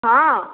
ହଁ